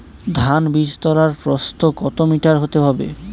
ধান বীজতলার প্রস্থ কত মিটার হতে হবে?